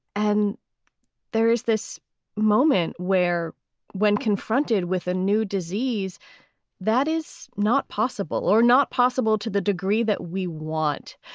and there is this moment where when confronted with a new disease that is not possible or not possible to the degree that we want.